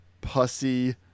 pussy